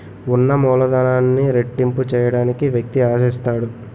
ఉన్న మూలధనాన్ని రెట్టింపు చేయడానికి వ్యక్తి ఆశిస్తాడు